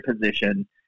position